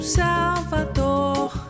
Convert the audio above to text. salvador